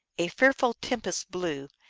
a fearful tempest blew,